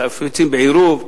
חפצים בעירוב,